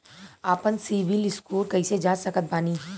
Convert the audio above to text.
आपन सीबील स्कोर कैसे जांच सकत बानी?